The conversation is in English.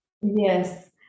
Yes